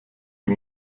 die